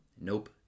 Nope